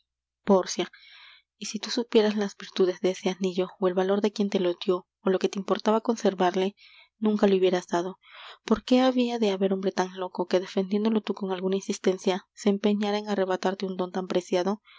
pórcia y si tú supieras las virtudes de ese anillo ó el valor de quién te lo dió ó lo que te importaba conservarle nunca le hubieras dado por qué habia de haber hombre tan loco que defendiéndolo tú con alguna insistencia se empeñara en arrebatarte un don tan preciado